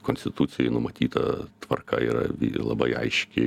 konstitucijoj numatyta tvarka yra labai aiški yra yra